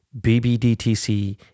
BBDTC